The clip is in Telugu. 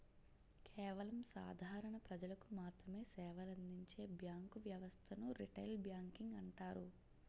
కేవలం సాధారణ ప్రజలకు మాత్రమె సేవలందించే బ్యాంకు వ్యవస్థను రిటైల్ బ్యాంకింగ్ అంటారు